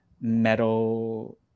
metal